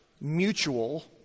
mutual